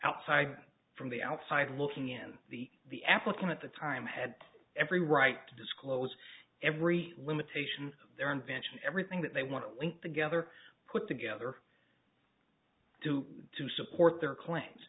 outside from the outside looking in the the applicant at the time had every right to disclose every limitation their invention everything that they want to link together put together do to support their claims